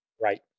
Right